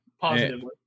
Positively